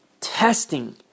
testing